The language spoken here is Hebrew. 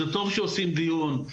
זה טוב שעושים דיון,